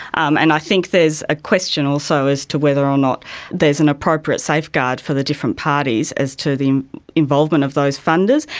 um and i think there's a question also as to whether or not there is an appropriate safeguard for the different parties as to the involvement of those funders,